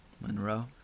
Monroe